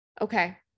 Okay